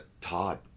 Todd